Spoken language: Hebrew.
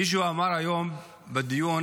מישהו אמר היום בדיון,